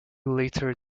later